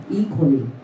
equally